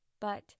But—